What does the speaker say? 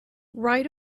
write